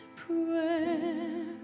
prayer